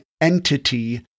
entity